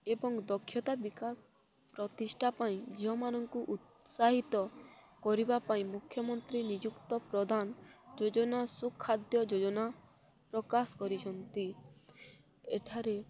ଏବଂ ଦକ୍ଷତା ବିକାଶ ପ୍ରତିଷ୍ଠା ପାଇଁ ଝିଅ ମାନଙ୍କୁ ଉତ୍ସାହିତ କରିବା ପାଇଁ ମୁଖ୍ୟମନ୍ତ୍ରୀ ନିଯୁକ୍ତ ପ୍ରଦାନ ଯୋଜନା ସୁଖାଦ୍ୟ ଯୋଜନା ପ୍ରକାଶ କରିଛନ୍ତି ଏଠାରେ